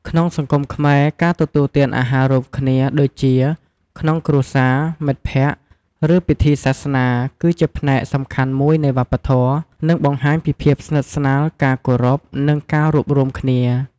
ក្នុងសង្គមខ្មែរ ការទទួលទានអាហាររួមគ្នាដូចជា ក្នុងគ្រួសារ មិត្តភក្តិ ឬពិធីសាសនា គឺជាផ្នែកសំខាន់មួយនៃវប្បធម៌ និងបង្ហាញពីភាពស្និទ្ធស្នាល ការគោរព និងការរួបរួមគ្នា។